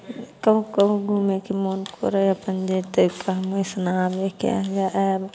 कहुँ कहुँ घुमैके मोन करै हइ अपन जएतै कहूँ आबैके आएब